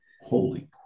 Holy